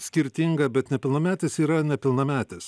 skirtinga bet nepilnametis yra nepilnametis